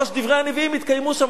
ממש דברי הנביאים התקיימו שם.